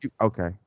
Okay